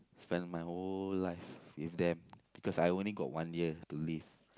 spend my whole life with them because I only got one year to live